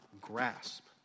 grasp